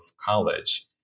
college